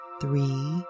three